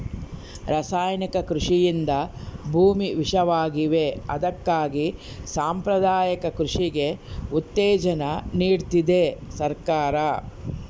ರಾಸಾಯನಿಕ ಕೃಷಿಯಿಂದ ಭೂಮಿ ವಿಷವಾಗಿವೆ ಅದಕ್ಕಾಗಿ ಸಾಂಪ್ರದಾಯಿಕ ಕೃಷಿಗೆ ಉತ್ತೇಜನ ನೀಡ್ತಿದೆ ಸರ್ಕಾರ